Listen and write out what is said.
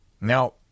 Now